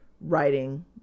writing